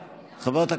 נמצאת?